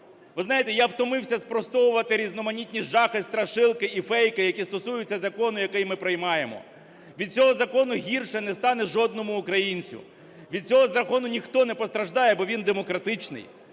Ви знаєте, я втомився спростовувати різноманітні жахи, страшилки іфейки, які стосуються закону, який ми приймаємо. Від цього закону гірше не стане жодному українцю, від цього закону ніхто не постраждає, бо він демократичний.